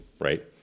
right